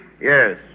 Yes